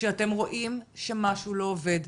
כשאתם רואים שמשהו לא עובד,